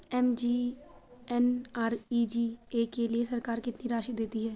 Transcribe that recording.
MGNREGA के लिए सरकार कितनी राशि देती है?